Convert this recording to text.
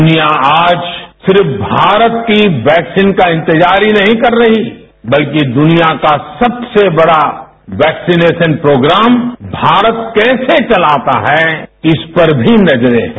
दुनिया आज सिर्फ भारत की वैक्सीन का इंतजार ही नहीं कर रही बल्कि दुनिया का सबसे बड़ा वैक्सीनेशन प्रोग्राम भारत कैसे चलाता है इस पर भी नजरें हैं